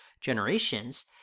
generations